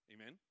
Amen